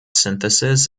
synthesis